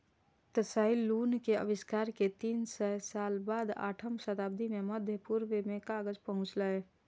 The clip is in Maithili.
त्साई लुन के आविष्कार के तीन सय साल बाद आठम शताब्दी मे मध्य पूर्व मे कागज पहुंचलै